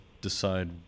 decide